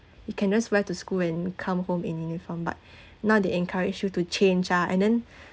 you can just wear to school and come home in uniform but now they encourage you to change ah and then